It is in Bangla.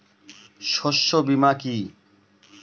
শস্য বীমা কি?